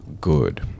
good